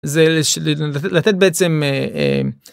זה לתת בעצם.